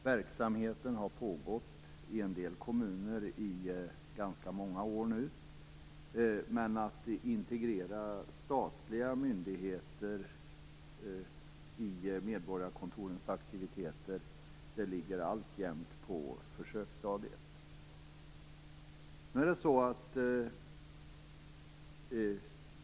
Verksamheten har pågått under ganska många år nu i en del kommuner, men att integrera statliga myndigheter i medborgarkontorens aktiviteter ligger alltjämt på försöksstadiet.